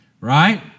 right